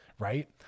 Right